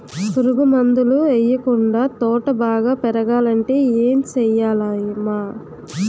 పురుగు మందులు యెయ్యకుండా తోట బాగా పెరగాలంటే ఏ సెయ్యాలమ్మా